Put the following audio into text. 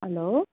hello